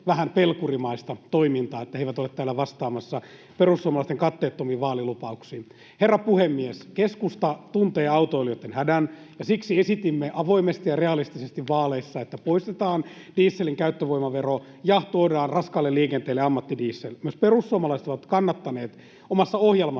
vähän pelkurimaista toimintaa, että he eivät ole täällä vastaamassa perussuomalaisten katteettomiin vaalilupauksiin. Herra puhemies! Keskusta tuntee autoilijoitten hädän, ja siksi esitimme avoimesti ja realistisesti vaaleissa, että poistetaan dieselin käyttövoimavero ja tuodaan raskaalle liikenteelle ammattidiesel. Myös perussuomalaiset ovat kannattaneet omassa ohjelmassaan